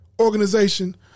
organization